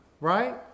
right